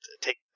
take